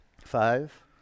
Five